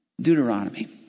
Deuteronomy